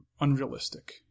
unrealistic